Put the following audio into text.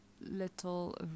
little